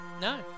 No